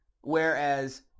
whereas